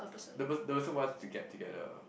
the per~ the person wants to get together